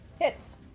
hits